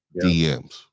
DMs